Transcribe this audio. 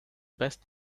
best